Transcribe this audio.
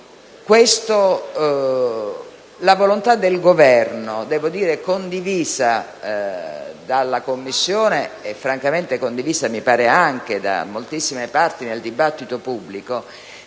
La volontà del Governo - devo dire condivisa dalla Commissione e francamente, mi pare, anche da moltissime parti nel dibattito pubblico